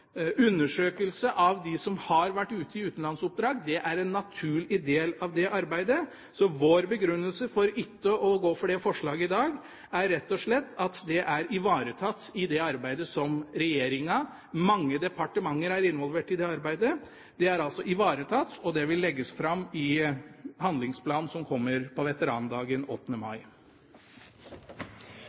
har vært ute i utenlandsoppdrag, er en naturlig del av det arbeidet. Så vår begrunnelse for ikke å gå for det forslaget i dag, er rett og slett at det er ivaretatt i det arbeidet som regjeringa gjør, mange departementer er involvert i det arbeidet. Det er altså ivaretatt, og det vil bli lagt fram i handlingsplanen som kommer på veterandagen 8. mai.